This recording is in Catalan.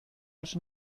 els